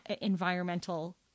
environmental